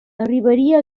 arribaria